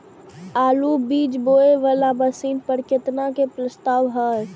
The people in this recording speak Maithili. आलु बीज बोये वाला मशीन पर केतना के प्रस्ताव हय?